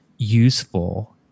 useful